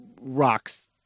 rocks